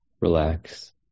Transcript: relax